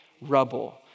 rubble